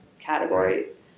categories